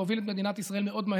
להוביל את מדינת ישראל מהר מאוד,